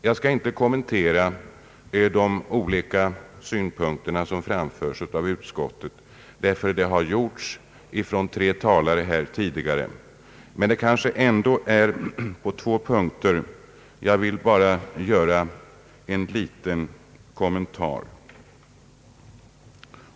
Jag skall inte kommentera de olika synpunkter som anförts av utskottet, eftersom tre talare tidigare har gjort det. På två punkter skulle jag dock vilja göra en liten kommentar.